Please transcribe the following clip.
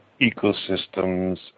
ecosystems